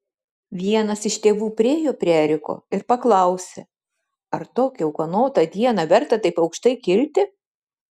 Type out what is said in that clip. vienas iš tėvų priėjo prie eriko ir paklausė ar tokią ūkanotą dieną verta taip aukštai kilti